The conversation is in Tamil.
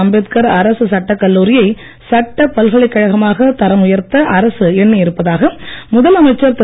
அம்பேத்கார் அரசு சட்டக் கல்லூரியை சட்டப் பல்கலைக் கழகமாக தரம் உயர்த்த அரசு எண்ணியிருப்பதாக முதலமைச்சர் திரு